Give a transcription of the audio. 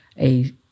a-